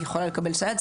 היא יכולה לקבל סייעת.